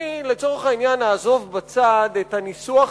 לצורך העניין אני אעזוב בצד את הניסוח